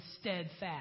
steadfast